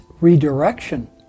redirection